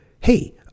Hey